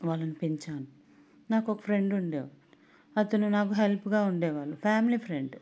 వాళ్ళను పెంచాను నాకొక ఫ్రెండ్ ఉండే అతను నాకు హెల్ప్గా ఉండేవాళ్లు ఫ్యామిలీ ఫ్రెండ్